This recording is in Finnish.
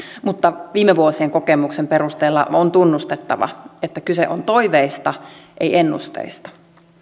mutta viime vuosien kokemuksen perusteella on tunnustettava että kyse on toiveista ei ennusteista